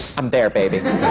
i'm there, baby!